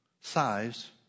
size